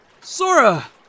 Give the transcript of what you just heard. Sora